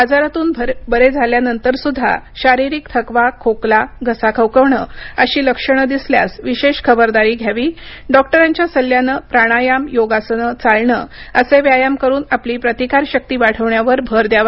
आजारातून बरे झाल्यानंतरसुद्धा शारीरिक थकवा खोकला घसा खवखवण अशी लक्षण दिसल्यास विशेष खबरदारी घ्यावी डॉक्टरांच्या सल्ल्यानं प्राणायाम योगासनं चालण असे व्यायाम करून आपली प्रतिकारशक्ती वाढवण्यावर भर द्यावा